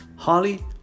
Holly